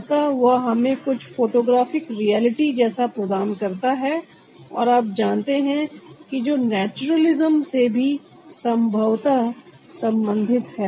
अतः वह हमें कुछ फोटोग्राफिक रियालिटी जैसा प्रदान करता है और आप जानते हैं कि जो नेचुरलिज्म से भी संभवत संबंधित है